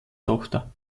tochter